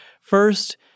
First